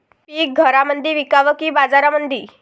पीक घरामंदी विकावं की बाजारामंदी?